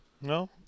No